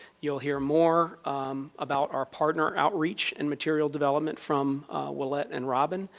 you'll hear more about our partner outreach and material development from willette and robin,